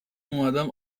اومدم